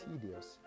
tedious